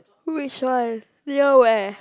which one near where